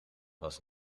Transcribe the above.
was